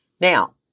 Now